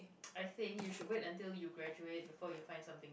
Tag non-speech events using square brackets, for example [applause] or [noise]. [noise] I think you should wait until you graduate before you find something